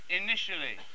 initially